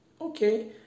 okay